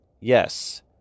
Yes